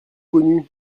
connue